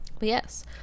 Yes